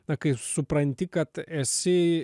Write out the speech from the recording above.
na kai supranti kad esi